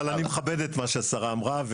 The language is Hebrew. אבל אני מכבד את מה שהשרה אמרה,